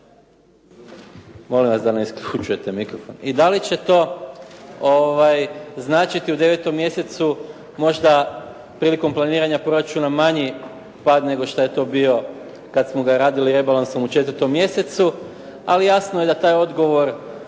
Molim vas da ne isključujete mikrofon. I da li će to značiti u 9. mjesecu možda prilikom planiranja proračuna manji pad nego što je to bio kad smo ga radili rebalansom u 4. mjesecu. Ali jasno je da taj odgovor